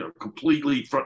completely